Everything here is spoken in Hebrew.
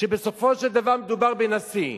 בסופו של דבר מדובר בנשיא,